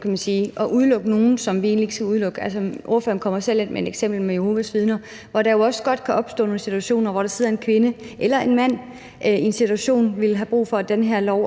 kan man sige, at udelukke nogle, som vi egentlig ikke skulle udelukke. Ordføreren kommer selv ind på eksemplet med Jehovas Vidner, hvor der også godt kan opstå nogle situationer, hvor der sidder en kvinde eller en mand i en situation, hvor vedkommende ville have brug for, at den her lov også